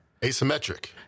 Asymmetric